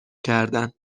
کردن